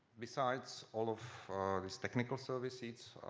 besides all of the technical services,